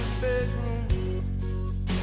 bedroom